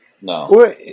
No